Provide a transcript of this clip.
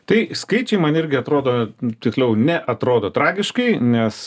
tai skaičiai man irgi atrodo tiksliau neatrodo tragiškai nes